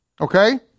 Okay